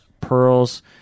Pearls